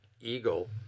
Eagle